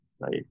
right